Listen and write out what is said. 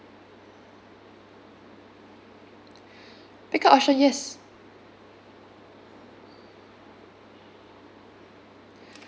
pick up option yes